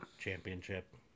championship